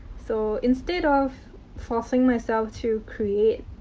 so, instead of forcing myself to create,